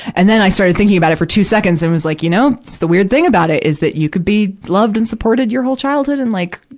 and then i started thinking about it for two seconds and was, like, you know. it's the weird thing about it, is that you could be loved and supported your whole childhood, and, like,